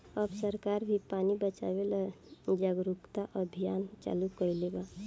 अब सरकार भी पानी बचावे ला जागरूकता अभियान चालू कईले बा